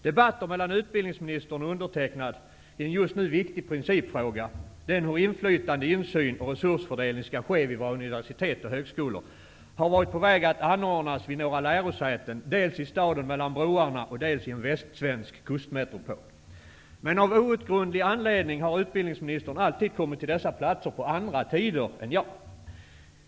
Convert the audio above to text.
Debatter mellan utbildningsministern och undertecknad i en just nu viktig principfråga -- om hur inflytande, insyn och resursfördelning skall ske vid våra universitet och högskolor -- har varit på väg att anordnas vid några lärosäten, dels i staden mellan broarna, dels i en västsvensk kustmetropol. Av outgrundlig anledning har utbildningsministern alltid kommit till dessa platser på andra tider än jag.